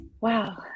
Wow